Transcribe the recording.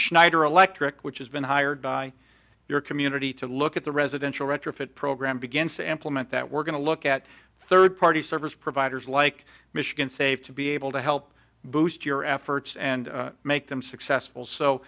schneider electric which has been hired by your community to look at the residential retrofit program begins to implement that we're going to look at third party service providers like michigan saved to be able to help boost your efforts and make them successful so